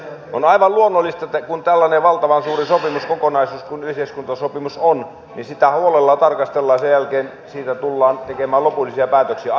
on aivan luonnollista että kun on tällainen valtavan suuri sopimuskokonaisuus kuin yhteiskuntasopimus niin sitä huolella tarkastellaan ja sen jälkeen siitä tullaan tekemään lopullisia päätöksiä